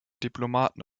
diplomaten